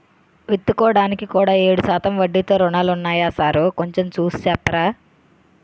విత్తుకోడానికి కూడా ఏడు శాతం వడ్డీతో రుణాలున్నాయా సారూ కొంచె చూసి సెప్పరా